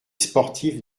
sportives